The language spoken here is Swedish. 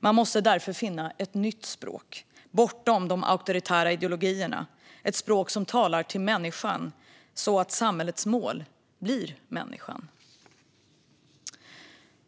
Man måste därför finna ett nytt språk, bortom de auktoritära ideologierna, ett språk som talar till människan, så att samhällets mål blir människan.